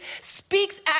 speaks